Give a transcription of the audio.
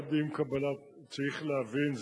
צריך להבין,